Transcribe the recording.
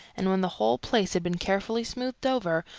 and when the whole place had been carefully smoothed over,